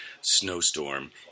snowstorm